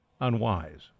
unwise